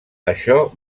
això